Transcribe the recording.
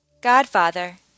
godfather